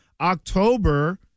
October